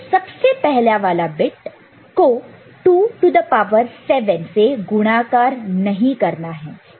तो सबसे पहले वाला बिट को 2 टू द पावर 7 से गुणाकारमल्टीप्लाई multiply नहीं करना है